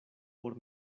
por